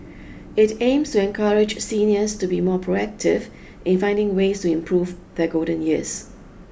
it aims to encourage seniors to be more proactive in finding ways to improve their golden years